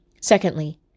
Secondly